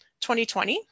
2020